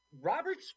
Robert's